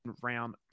round